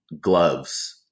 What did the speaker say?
gloves